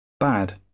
Bad